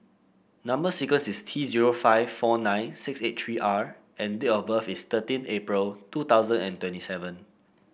number sequence is T zero five four nine six eight three R and date of birth is thirteen April two thousand and twenty seven